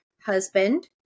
husband